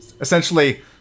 essentially